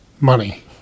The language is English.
money